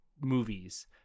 movies